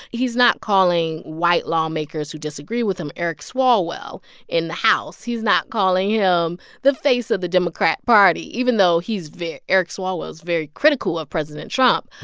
he's not calling white lawmakers who disagree with him eric swalwell in the house he's not calling him the face of the democrat party. even though he's eric swalwell is very critical of president trump,